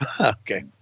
Okay